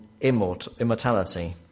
immortality